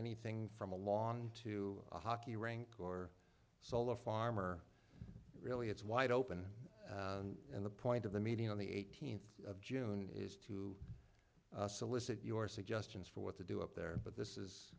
anything from along to a hockey rink or solar farm or really it's wide open and the point of the meeting on the eighteenth of june is to solicit your suggestions for what to do up there but this is